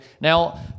Now